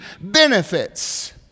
benefits